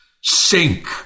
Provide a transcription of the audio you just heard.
Sink